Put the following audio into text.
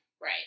Right